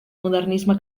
modernisme